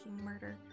murder